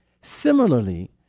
Similarly